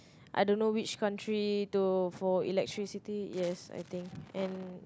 I don't know which country though for electricity yes I think and